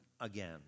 again